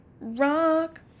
Rock